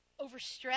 overstressed